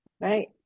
Right